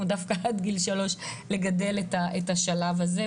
הוא דווקא עד גיל שלוש לגדל את השלב הזה,